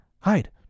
Hide